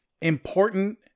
important